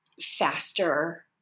faster